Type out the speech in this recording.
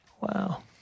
Wow